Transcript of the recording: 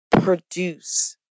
produce